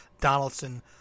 Donaldson